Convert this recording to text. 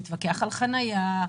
להתווכח על חניה.